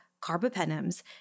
carbapenems